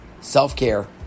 self-care